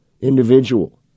individual